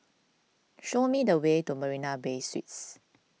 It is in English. show me the way to Marina Bay Suites